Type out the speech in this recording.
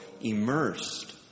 immersed